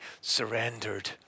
surrendered